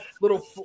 little